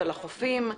על החופים,